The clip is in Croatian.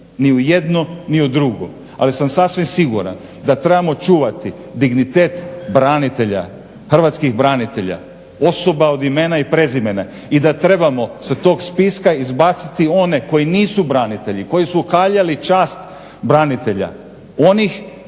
ni u jedno ni u drugo. Ali sam sasvim siguran da trebamo čuvati dignitet branitelja, hrvatskih branitelja, osoba od imena i prezimena i da trebamo sa tog spiska izbaciti one koji nisu branitelji koji su okaljali čast branitelja, onih